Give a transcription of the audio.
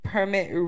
Permit